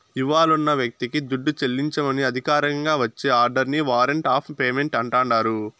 ఇవ్వాలున్న వ్యక్తికి దుడ్డు చెల్లించమని అధికారికంగా వచ్చే ఆర్డరిని వారంట్ ఆఫ్ పేమెంటు అంటాండారు